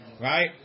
Right